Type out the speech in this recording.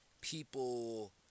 people